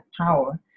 power